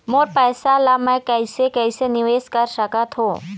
मोर पैसा ला मैं कैसे कैसे निवेश कर सकत हो?